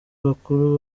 bakuru